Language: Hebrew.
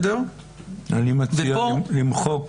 אני מציע למחוק